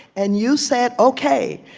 and you said ok.